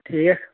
ٹھیٖک